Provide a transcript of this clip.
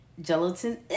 gelatin